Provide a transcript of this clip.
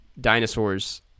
dinosaurs